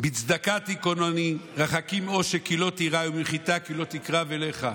"בצדקה תכונני רחקי מעֹשק כי לא תיראי וממחִתה כי לא תקרב אליך".